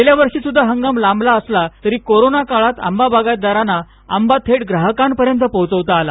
गेल्यावर्षी सुद्धा हंगाम लांबला असला तरी कोरोना काळात आंबा बागायतदारांना आंबा थेट ग्राहकापर्यंत पोहोचवता आला